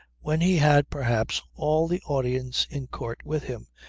when he had perhaps all the audience in court with him,